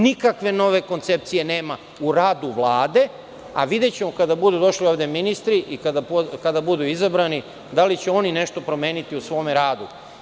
Nikakve nove koncepcije nema u radu Vlade, a videćemo kada budu došli ovde ministri i kada budu izabrani da li će oni nešto promeni u svom radu.